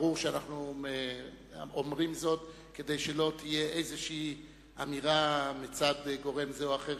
ברור שאנחנו אומרים זאת כדי שלא תהיה איזו אמירה מצד גורם זה או אחר